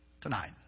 tonight